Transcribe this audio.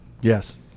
Yes